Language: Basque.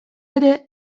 ere